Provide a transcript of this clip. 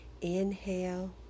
inhale